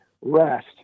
rest